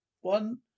one